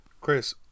Chris